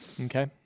Okay